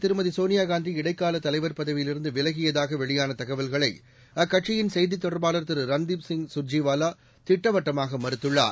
திருமதிசோனியாகாந்தி இந்நிலையில் இடைக்காலதலைவர் பதவியிலிருந்துவிலகியதாகவெளியானதகவல்களைஅக்கட்சியின் செய்திதொடர்பாளர் திருரன்தீப் சிங் கர்ஜிவாலாதிட்டவட்டமாகமறுத்துள்ளார்